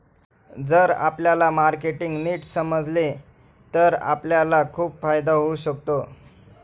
जर आपल्याला मार्केटिंग नीट समजले तर आपल्याला खूप फायदा होऊ शकतो